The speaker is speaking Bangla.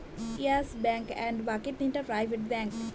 ইয়েস ব্যাঙ্ক এবং বাকি তিনটা প্রাইভেট ব্যাঙ্ক